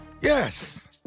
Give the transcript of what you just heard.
Yes